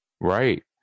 Right